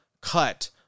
cut